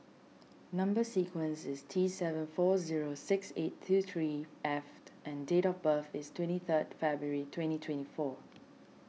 Number Sequence is T seven four zero six eight two three F and date of birth is twenty third February twenty twenty four